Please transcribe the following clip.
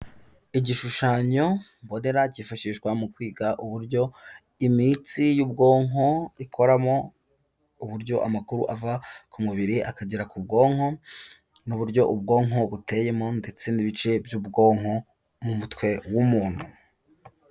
Igishushanyo mbonera cyifashishwa mu kwiga uburyo imitsi y'ubwonko ikoramo, uburyo amakuru ava ku mubiri akagera ku bwonko n'uburyo ubwonko buteyemo ndetse n'ibice by'ubwonko mu mutwe w'umuntu.